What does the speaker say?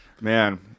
man